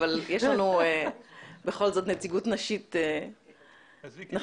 אבל יש לנו בכל זאת נציגות נשית שנכניס פה --- אז מיקי,